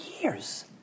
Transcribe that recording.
years